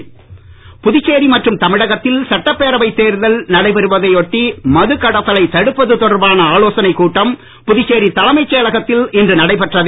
மதுக்கடத்தல் புதுச்சேரி மற்றும் தமிழகத்தில் சட்டப்பேரவை தேர்தல் நடைபெறுவதையொட்டி மதுக்கடத்தலை தடுப்பது தொடர்பான ஆலோசனை கூட்டம் புதுச்சேரி தலைமை செயலகத்தில் இன்று நடைபெற்றது